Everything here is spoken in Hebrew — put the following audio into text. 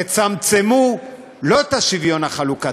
תצמצמו לא את השוויון החלוקתי,